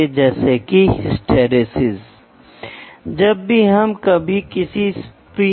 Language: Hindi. अब मैं आपकी आँख को मापना चाहता हूं या आपको बताना चाहता हूं कि कृपया अपनी आंखों के लिए विनिर्देश दें